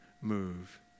move